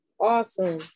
awesome